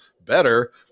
better